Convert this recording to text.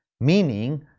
meaning